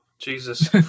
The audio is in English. Jesus